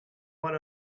what